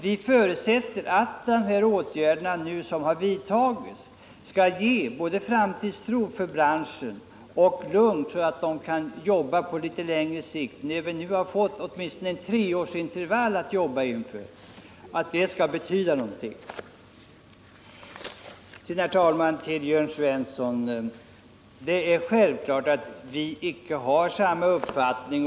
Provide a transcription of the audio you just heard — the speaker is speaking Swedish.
Vi förutsätter att de åtgärder som nu har vidtagits skall ge både framtidstro inom branschen och lugn så att man kan jobba på litet längre sikt, när man nu har fått åtminstone ett treårsintervall. Herr talman! Det är självklart, Jörn Svensson, att vi icke har samma uppfattning.